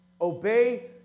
Obey